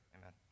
amen